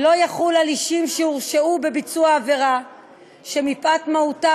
לא יחולו על אישים שהורשעו בביצוע עבירה שמפאת מהותה,